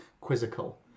quizzical